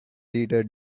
leader